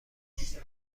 است